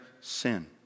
sin